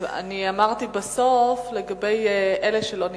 אני אמרתי בסוף לגבי אלה שלא נרשמו.